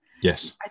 Yes